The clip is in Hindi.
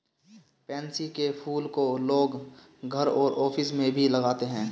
पैन्सी के फूल को लोग घर और ऑफिस में भी लगाते है